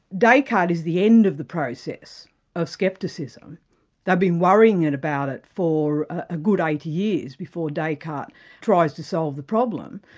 descartes is the end of the process of scepticism they've been worrying about it for a good eighty years before descartes tries to solve the problem.